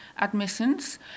admissions